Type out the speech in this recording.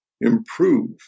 improve